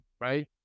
right